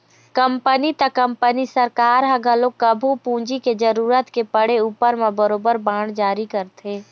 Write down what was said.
company त company सरकार ह घलोक कभू पूंजी के जरुरत के पड़े उपर म बरोबर बांड जारी करथे